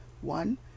one